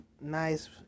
nice